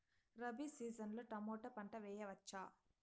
Rabi season లో tomato పంట వేయవచ్చా?